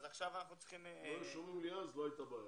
אם היו שומעים לי אז לא הייתה בעיה.